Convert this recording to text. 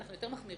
אגב,